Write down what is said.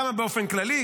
כמה באופן כללי?